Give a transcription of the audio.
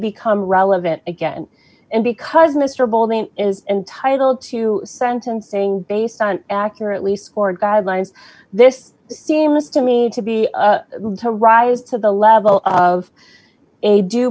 become relevant again and because mr bolding is entitled to sentencing based on accurately or guideline this seems to me to be to rise to the level of a